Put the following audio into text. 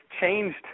changed